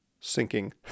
sinking